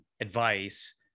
advice